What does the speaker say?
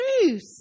truth